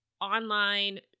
online